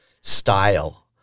style